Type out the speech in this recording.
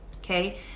okay